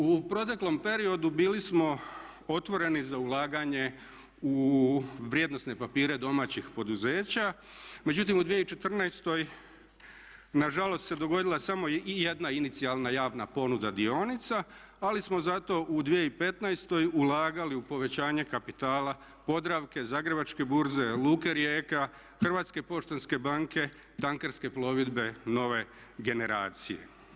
U proteklom periodu bili smo otvoreni za ulaganje u vrijednosne papire domaćih poduzeća, međutim u 2014. na žalost se dogodila samo jedna inicijalna javna ponuda dionica, ali smo zato u 2015. ulagali u povećanje kapitala Podravke, Zagrebačke burze, Luke Rijeka, Hrvatske poštanske banke, Tankerske plovidbe nove generacije.